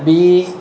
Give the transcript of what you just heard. be